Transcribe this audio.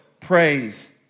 praise